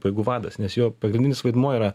pajėgų vadas nes jo pagrindinis vaidmuo yra